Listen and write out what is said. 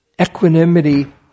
equanimity